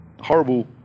horrible